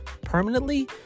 permanently